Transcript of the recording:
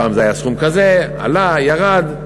פעם זה היה סכום כזה, עלה, ירד,